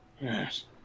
Yes